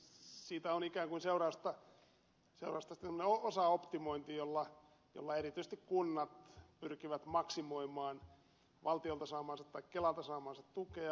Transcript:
siitä on ikään kuin seurausta sitten tämmöinen osaoptimointi jolla erityisesti kunnat pyrkivät maksimoimaan kelalta saamaansa tukea